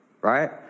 Right